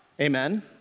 amen